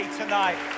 tonight